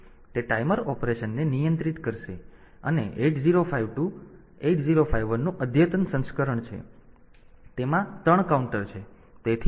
તેથી તે ટાઈમર ઓપરેશનને નિયંત્રિત કરશે અને 8 0 5 2 8051 નું અદ્યતન સંસ્કરણ છે અને તેમાં 3 ટાઈમર કાઉન્ટર છે